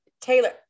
Taylor